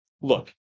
look